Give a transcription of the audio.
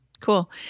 Cool